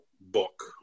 book